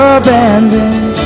abandoned